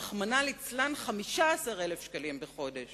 רחמנא ליצלן, 15,000 שקלים לחודש